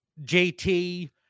JT